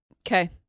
okay